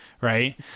Right